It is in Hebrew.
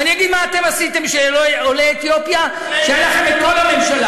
ואני אגיד מה אתם עשיתם לעולי אתיופיה כשהייתה לכם כל הממשלה.